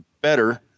better